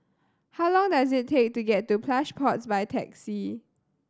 how long does it take to get to Plush Pods by taxi